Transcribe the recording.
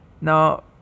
Now